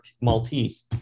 Maltese